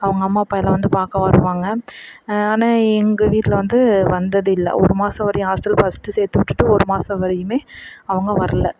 அவங்க அம்மா அப்பா எல்லாம் வந்து பார்க்க வருவாங்க ஆனால் எங்கள் வீட்டில் வந்து வந்தது இல்லை ஒரு மாதம் வரையும் ஹாஸ்டல் ஃபஸ்ட்டு சேர்த்து விட்டுட்டு ஒரு மாதம் வரையுமே அவங்க வரலை